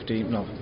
no